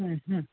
হুম হুম